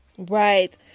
Right